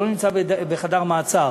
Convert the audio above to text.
הוא לא נמצא בחדר מעצר,